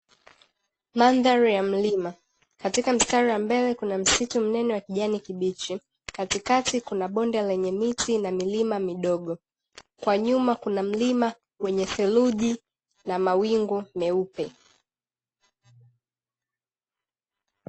Mandhari ya mlima katika mstari wa mbele kuna msitu mnene wa kijani kibichi, katikati kuna bonde lenye miti na milima midogo, kwa nyuma kuna mlima wenye theluji na mawingu meupe.